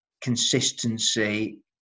consistency